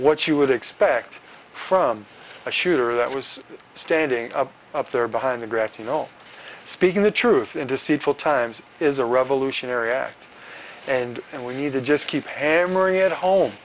what you would expect from a shooter that was standing up there behind the grassy knoll speaking the truth in deceitful times is a revolutionary act and and we need to just keep hammering it home